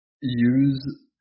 use